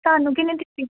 ਤੁਹਾਨੂੰ ਕਿਹਨੇ ਦਿੱਤੀ